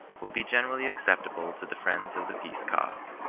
will be generally acceptable to the friends of the peace cause.